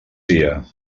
dia